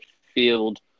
field